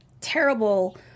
terrible